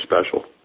special